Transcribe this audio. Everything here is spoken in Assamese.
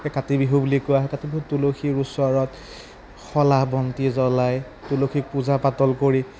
এই কাতি বিহু বুলি কোৱা হয় কাতি বিহুত তুলসীৰ ওচৰত শলা বন্তি জ্বলাই তুলসীক পূজা পাতল কৰি